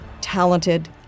talented